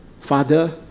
Father